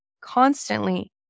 constantly